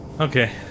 Okay